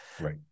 Right